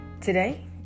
Today